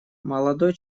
молодой